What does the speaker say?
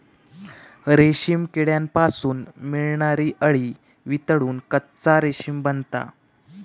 रेशीम किड्यांपासून मिळणारी अळी वितळून कच्चा रेशीम बनता